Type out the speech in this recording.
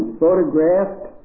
photographed